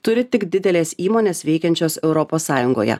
turi tik didelės įmonės veikiančios europos sąjungoje